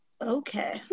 Okay